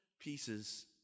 pieces